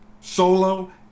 Solo